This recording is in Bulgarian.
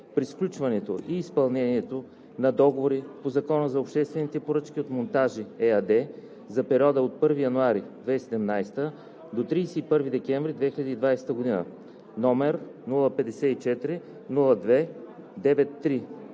при сключването и изпълнението на договори по Закона за обществените поръчки от „Монтажи“ ЕАД за периода от 1 януари 2017 г. до 31 декември 2020 г., № 054-02-93,